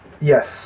Yes